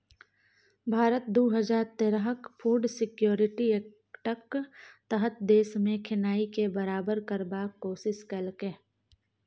भारत दु हजार तेरहक फुड सिक्योरिटी एक्टक तहत देशमे खेनाइ केँ बराबर करबाक कोशिश केलकै